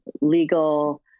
legal